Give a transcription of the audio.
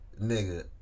nigga